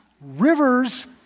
Rivers